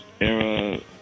era